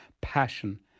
passion